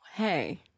Hey